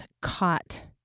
caught